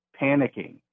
panicking